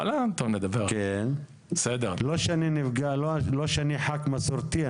לא שאני ח"כ מסורתי,